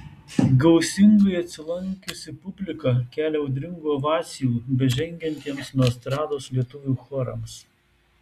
gausingai atsilankiusi publika kelia audringų ovacijų bežengiantiems nuo estrados lietuvių chorams